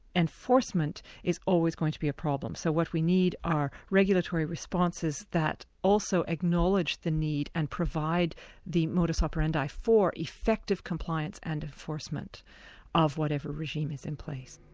enforcement is always going to be a problem. so what we need are regulatory responses that also acknowledge the need and provide the modus operandi for effective compliance and enforcement of whatever regime is in place.